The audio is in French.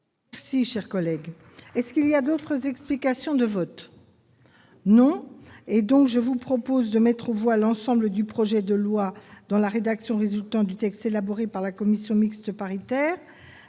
Si chers collègues, est ce qu'il y a d'autres explications de vote non, et donc je vous propose de mettre aux voix l'ensemble du projet de loi dans La rédaction résultant du texte élaboré par la commission mixte paritaire,